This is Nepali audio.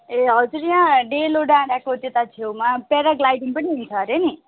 ए हजुर यहाँ डेलो डाँडाको त्यता छेउमा प्याराग्लाइडिङ पनि हुन्छ अरे नि